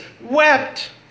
wept